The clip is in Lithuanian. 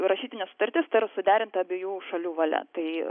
rašytinė sutartis tai yra suderinta abiejų šalių valia tai